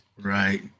Right